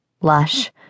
lush